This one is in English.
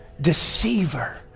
deceiver